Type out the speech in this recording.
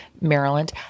Maryland